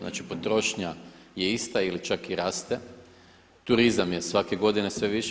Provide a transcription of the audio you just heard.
Znači, potrošnja je ista ili čak i raste, turizam je svake godine sve više.